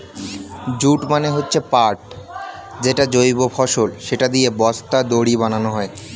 jute মানে হচ্ছে পাট যেটা জৈব ফসল, সেটা দিয়ে বস্তা, দড়ি বানানো হয়